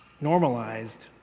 normalized